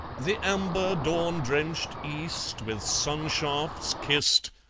the amber dawn-drenched east with sun-shafts kissed,